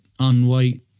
unweight